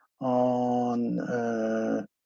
on